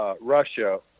Russia